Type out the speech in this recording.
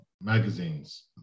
magazines